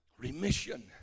remission